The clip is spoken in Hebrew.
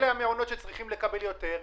אלה המעונות שצריכים לקבל יותר,